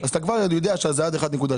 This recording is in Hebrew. אז אתה כבר יודע שזה עד 1.6,